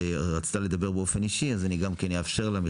ורצתה לדבר באופן אישי אז אני גם כן אאפשר לך,